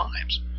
times